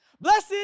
Blessed